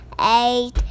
eight